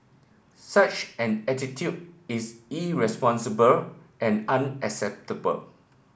such an attitude is irresponsible and unacceptable